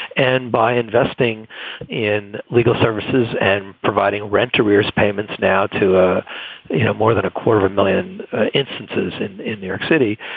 and by investing in legal services and providing rent arrears payments now to a you know more than a quarter of a million instances in in new york city,